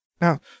Now